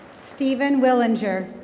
steven willinger.